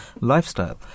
lifestyle